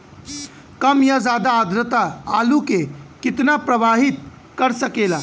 कम या ज्यादा आद्रता आलू के कितना प्रभावित कर सकेला?